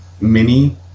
mini